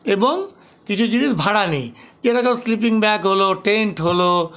এবং কিছু জিনিস ভাড়া নিই যেটা ধরো স্লিপিং ব্যাগ হলো টেন্ট হল